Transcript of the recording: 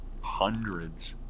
hundreds